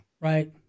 Right